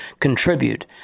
contribute